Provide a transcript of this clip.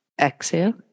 Exhale